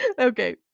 Okay